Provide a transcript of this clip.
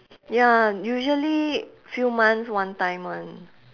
ya usually few months one time [one]